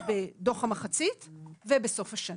בדוח המחצית ובסוף השנה,